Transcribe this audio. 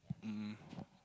um